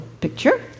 picture